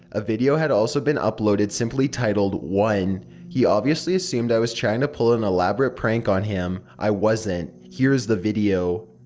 a video had also been uploaded simply titled one he obviously assumed i was trying to pull an elaborate prank on him. i wasn't. here is the video